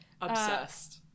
Obsessed